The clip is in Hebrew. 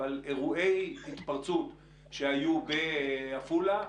אבל אירועי התפרצות שהיו בעפולה,